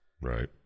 Right